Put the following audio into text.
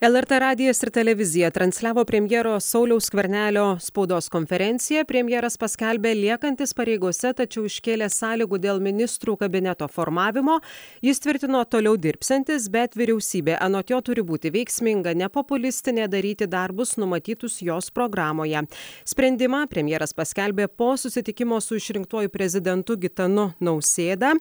lrt radijas ir televizija transliavo premjero sauliaus skvernelio spaudos konferenciją premjeras paskelbė liekantis pareigose tačiau iškėlė sąlygų dėl ministrų kabineto formavimo jis tvirtino toliau dirbsiantis bet vyriausybė anot jo turi būti veiksminga nepopulistinė daryti darbus numatytus jos programoje sprendimą premjeras paskelbė po susitikimo su išrinktuoju prezidentu gitanu nausėda